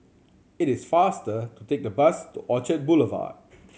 it is faster to take the bus to Orchard Boulevard